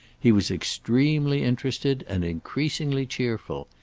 he was extremely interested and increasingly cheerful.